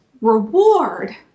reward